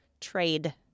trade